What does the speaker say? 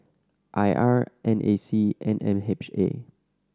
I R N A C and M H A